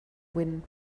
wind